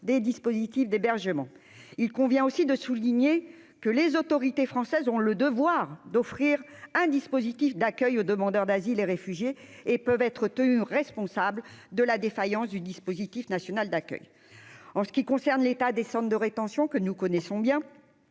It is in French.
des dispositifs d'hébergement, il convient aussi de souligner que les autorités françaises ont le devoir d'offrir un dispositif d'accueil aux demandeurs d'asile et réfugiés et peuvent être tenus, responsable de la défaillance du dispositif national d'accueil en ce qui concerne l'état des Centres de rétention que nous connaissons bien,